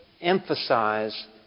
emphasize